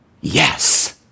Yes